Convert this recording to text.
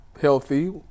healthy